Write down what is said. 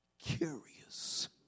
Curious